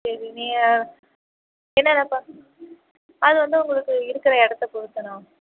சரி நீங்கள் என்னென்ன அது வந்து உங்களுக்கு இருக்கிற இடத்த பொறுத்துண்ணா